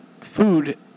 food